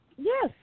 Yes